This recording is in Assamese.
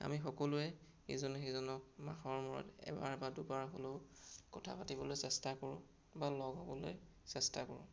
আমি সকলোৱে ইজনে সিজনক মাহৰ মূৰত এবাৰ বা দুবাৰ হ'লেও কথা পাতিবলৈ চেষ্টা কৰোঁ বা লগ হ'বলৈ চেষ্টা কৰোঁ